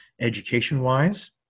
education-wise